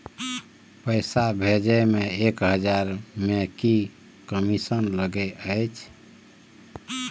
पैसा भैजे मे एक हजार मे की कमिसन लगे अएछ?